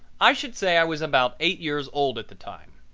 i should say i was about eight years old at the time.